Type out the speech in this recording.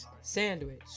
sandwich